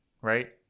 right